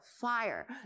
fire